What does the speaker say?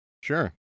Sure